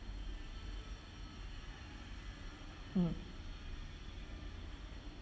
mm